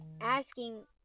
asking